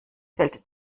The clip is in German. fällt